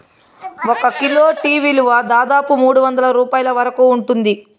ఒక kilo tea విలువ దాదాపు మూడువందల రూపాయల వరకు ఉంటుంది